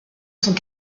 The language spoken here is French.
sont